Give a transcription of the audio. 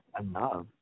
enough